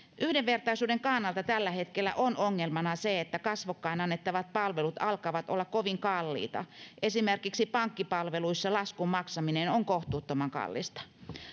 yhdenvertaisuuden kannalta on tällä hetkellä ongelmana se että kasvokkain annettavat palvelut alkavat olla kovin kalliita esimerkiksi pankkipalveluissa laskun maksaminen on kohtuuttoman kallista